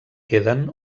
queden